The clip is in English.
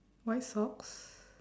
white socks